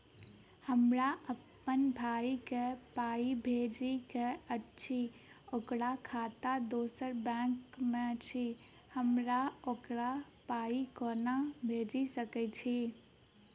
हमरा अप्पन भाई कऽ पाई भेजि कऽ अछि, ओकर खाता दोसर बैंक मे अछि, हम ओकरा पाई कोना भेजि सकय छी?